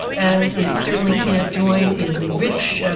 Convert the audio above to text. and it certainly can't join in the rich, ah